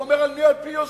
הוא אומר: אני על-פי יוזמתי.